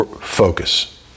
focus